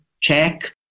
check